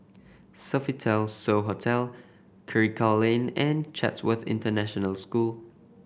Sofitel So Hotel Karikal Lane and Chatsworth International School